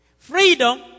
Freedom